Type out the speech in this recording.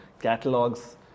catalogs